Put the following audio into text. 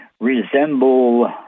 resemble